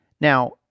Now